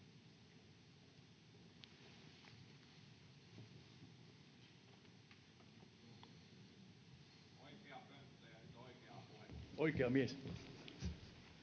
Kiitos.